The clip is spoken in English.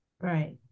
right